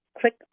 click